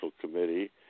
Committee